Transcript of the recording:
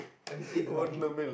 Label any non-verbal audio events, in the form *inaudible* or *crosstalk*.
empty ground *laughs*